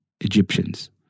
Egyptians